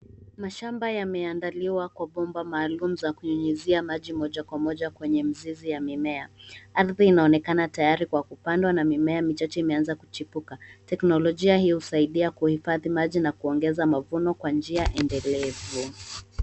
Mashamba yameandaliwa kwa bomba maalum za kunyunuizia maji moja kwa moja kwenye mizizi ya mimea. Ardhi inaonekana tayari kwa kupandwa na mimea michache imeanza kuchipuka. Teknolojia hii husaidia kuhifadhi maji na kuongeza mavuno kwa njia endelevu.